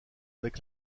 avec